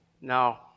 Now